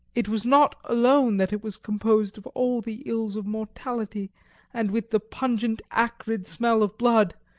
it was not alone that it was composed of all the ills of mortality and with the pungent, acrid smell of blood,